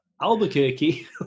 Albuquerque